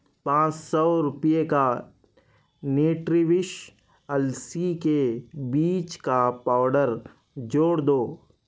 پانچ سو روپیے کا نیٹریوش السی کے بیچ کا پاؤڈر جوڑ دو